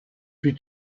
plus